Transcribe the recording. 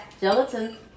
gelatin